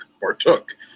partook